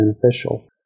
beneficial